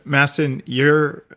mastin, you're,